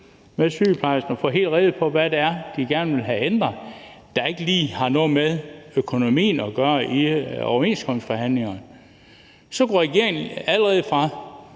med sygeplejerskerne for at få helt rede på, hvad det var, de gerne ville have ændret, og som ikke lige havde noget med økonomien at gøre, i overenskomstforhandlingerne, så kunne regeringen allerede fra